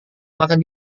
makan